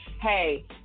Hey